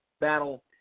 battle